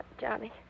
Johnny